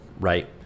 Right